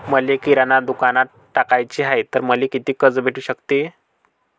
मले किराणा दुकानात टाकाचे हाय तर मले कितीक कर्ज भेटू सकते?